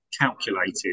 calculated